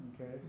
Okay